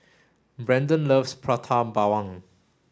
Braden loves Prata Bawang